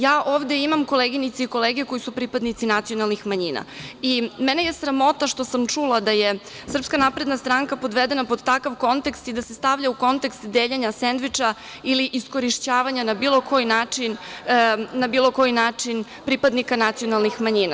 Ja ovde imam koleginice i kolege koji su pripadnici nacionalnih manjina i mene je sramota što sam čula da je SNS podvedena pod takav kontekst i da se stavlja u kontekst deljenja sendviča ili iskorišćavanja na bilo koji način pripadnika nacionalnih manjina.